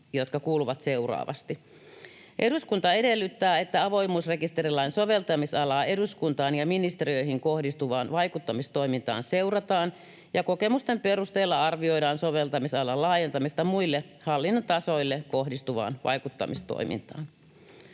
jotka kuuluvat seuraavasti: ”Eduskunta edellyttää, että avoimuusrekisterilain soveltamisalaa eduskuntaan ja ministeriöihin kohdistuvaan vaikuttamistoimintaan seurataan ja kokemusten perusteella arvioidaan soveltamisalan laajentamista muille hallinnon tasoille kohdistuvaan vaikuttamistoimintaan.”